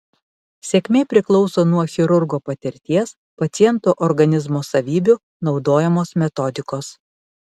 sėkmė priklauso nuo chirurgo patirties paciento organizmo savybių naudojamos metodikos